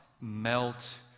melt